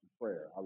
prayer